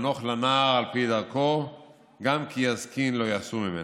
"חנֹך לנער על פי דרכו גם כי יזקין לא יסור ממנה".